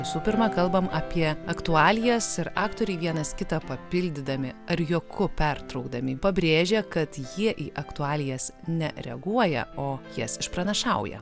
visų pirma kalbam apie aktualijas ir aktoriai vienas kitą papildydami ar juoku pertraukdami pabrėžia kad jie į aktualijas nereaguoja o jas išpranašauja